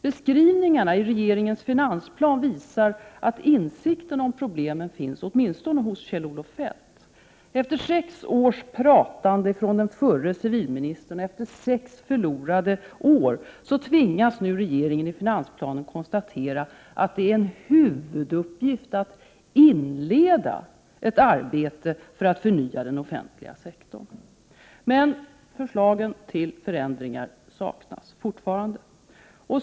Beskrivningarna i regeringens finansplan visar att insikten om problemen finns, åtminstone hos Kjell-Olof Feldt. Efter sex års pratande från den förre civilministern och efter sex förlorade år tvingas regeringen nu i finansplanen konstatera att det är en huvuduppgift att inleda ett arbete för att förnya den offentliga sektorn. Men förslagen till förändringar saknas fortfarande.